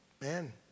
man